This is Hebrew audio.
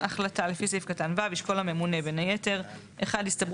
החלטה לפי סעיף קטן (ו) ישקול הממונה בין היתר הסתברות